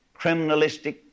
criminalistic